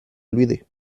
olvide